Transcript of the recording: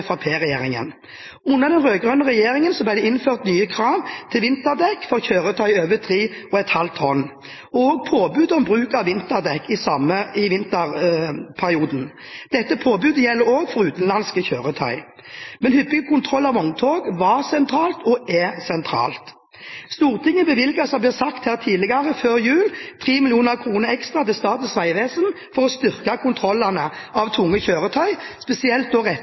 Under den rød-grønne regjeringen ble det innført nye krav til vinterdekk for kjøretøy over 3,5 tonn og påbud om bruk av vinterdekk i vinterperioden. Dette påbudet gjelder også for utenlandske kjøretøy. Hyppige kontroller av vogntog var og er sentralt. Stortinget bevilget før jul, som det ble sagt tidligere, 3 mill. kr ekstra til Statens vegvesen for å styrke kontrollen av tunge kjøretøy, spesielt